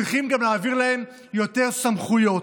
צריכים גם להעביר להם יותר סמכויות.